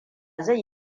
zai